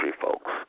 folks